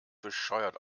bescheuert